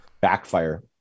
backfire